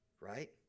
right